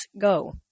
go